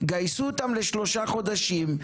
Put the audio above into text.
תגייסו אותם לשלושה חודשים,